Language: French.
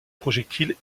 projectile